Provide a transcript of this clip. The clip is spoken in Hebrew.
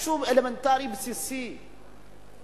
זה משהו אלמנטרי, בסיסי.